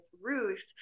Ruth